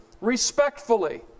respectfully